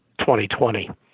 2020